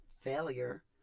failure